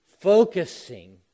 focusing